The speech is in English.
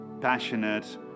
passionate